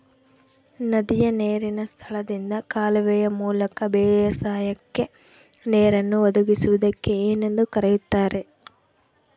ನದಿಯ ನೇರಿನ ಸ್ಥಳದಿಂದ ಕಾಲುವೆಯ ಮೂಲಕ ಬೇಸಾಯಕ್ಕೆ ನೇರನ್ನು ಒದಗಿಸುವುದಕ್ಕೆ ಏನೆಂದು ಕರೆಯುತ್ತಾರೆ?